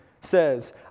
says